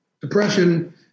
depression